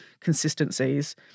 consistencies